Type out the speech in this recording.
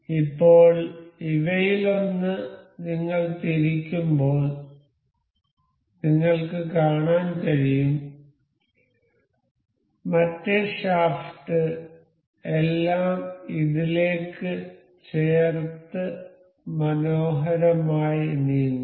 ഇപ്പോൾ ഇവയിലൊന്ന് നിങ്ങൾ തിരിക്കുമ്പോൾ നിങ്ങൾക്ക് കാണാൻ കഴിയും മറ്റേ ഷാഫ്റ്റ് എല്ലാം ഇതിലേക്ക് ചേർത്ത് മനോഹരമായി നീങ്ങുന്നു